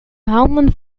handen